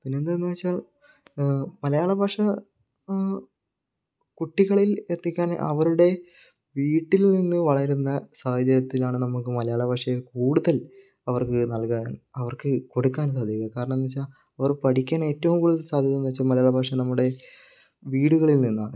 പിന്നെ എന്താണെന്ന് വച്ചാൽ മലയാളഭാഷ കുട്ടികളിൽ എത്തിക്കാൻ അവരുടെ വീട്ടിൽ നിന്ന് വളരുന്ന സാഹചര്യത്തിലാണ് നമുക്ക് മലയാളഭാഷയെ കൂടുതൽ അവർക്ക് നല്കാൻ അവർക്ക് കൊടുക്കാനൊന്നും അത് കാരണം എന്ന്ഉ വച്ചാൽ അവർ പഠിക്കാനേറ്റവും കൂടുതൽ സാധ്യതയെന്ന് വച്ചാൽ മലയാളഭാഷയെ നമ്മുടെ വീടുകളിൽ നിന്നാണ്